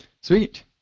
Sweet